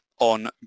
on